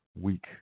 week